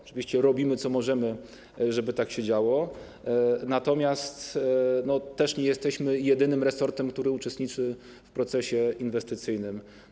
Oczywiście robimy, co możemy, żeby tak się działo, natomiast nie jesteśmy jedynym resortem, który uczestniczy w procesie inwestycyjnym.